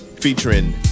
featuring